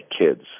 kids